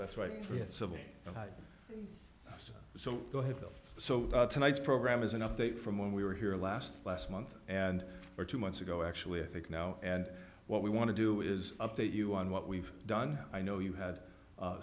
that's right for it civil so go ahead bill so tonight's program is an update from when we were here last last month and were two months ago actually i think now and what we want to do is update you on what we've done i know you had a